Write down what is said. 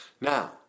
Now